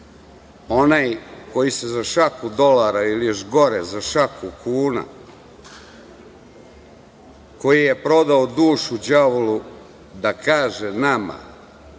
onaj koji se za šaku dolara ili, još gore, za šaku kuna, koji je prodao dušu đavolu, da kaže nama,